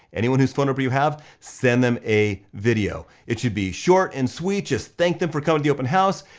anyone who's phone number you have, send them a video. it should be short and sweet, just thank them for coming to the open house,